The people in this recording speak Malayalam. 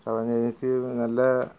ട്രാവൽ ഏജൻസി നല്ല